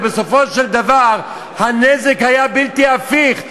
ובסופו של דבר הנזק היה בלתי הפיך.